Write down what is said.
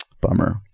Bummer